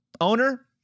owner